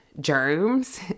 germs